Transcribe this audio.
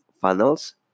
funnels